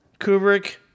Kubrick